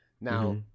now